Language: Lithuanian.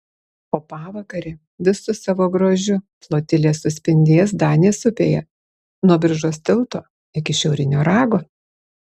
o pavakare visu savo grožiu flotilė suspindės danės upėje nuo biržos tilto iki šiaurinio rago